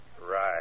Right